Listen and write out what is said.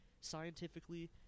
scientifically